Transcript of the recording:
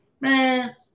Man